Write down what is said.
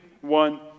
one